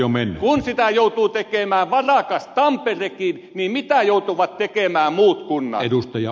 kun sitä joutuu tekemään varakas tamperekin niin mitä joutuvat tekemään muut kunnat